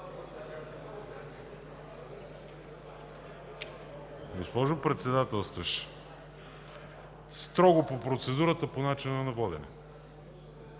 Госпожо Председателстващ, строго по процедурата по начина на водене.